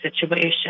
situation